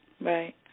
Right